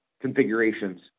configurations